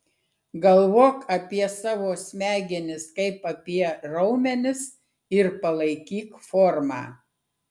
galvok apie savo smegenis kaip apie raumenis ir palaikyk formą